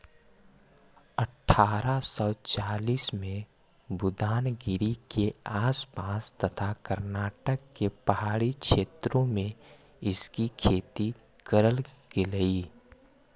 अठारा सौ चालीस में बुदानगिरी के आस पास तथा कर्नाटक के पहाड़ी क्षेत्रों में इसकी खेती करल गेलई